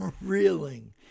reeling